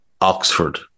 Oxford